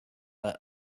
but